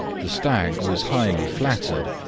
the stag was highly flattered,